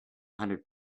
hundred